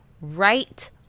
right